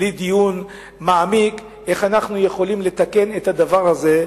בלי דיון מעמיק איך אנחנו יכולים לתקן את הדבר הזה,